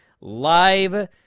live